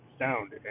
sound